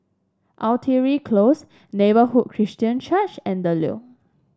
Artillery Close Neighbourhood Christian Church and The Leo